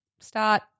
start